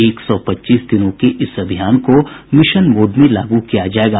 एक सौ पच्चीस दिनों के इस अभियान को मिशन मोड लागू किया जाएगा